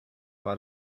war